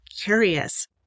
curious